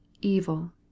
evil